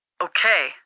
Okay